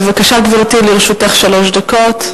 בבקשה, גברתי, לרשותך שלוש דקות.